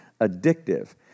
addictive